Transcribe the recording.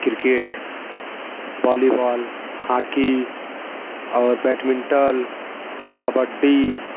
cricket volleyball hockey और badminton kabaddi